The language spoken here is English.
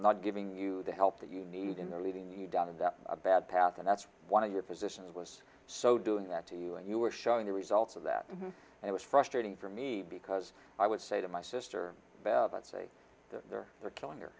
not giving you the help that you need in there leading you down in that bad path and that's one of your physicians was so doing that to you and you were showing the results of that and it was frustrating for me because i would say to my sister about say that they're they're killing her